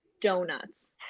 donuts